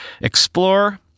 Explore